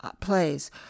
plays